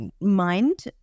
mind